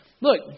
Look